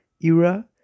era